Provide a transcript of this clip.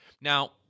Now